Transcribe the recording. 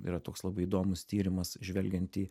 yra toks labai įdomus tyrimas žvelgiant į